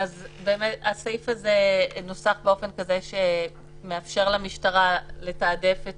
הסעיף הזה נוסף באופן כזה שמאפשר למשטרה לתעדף את